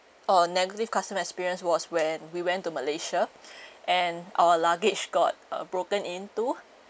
or negative customer experience was when we went to malaysia and our luggage got uh broken in two